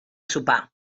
sopar